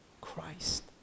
Christ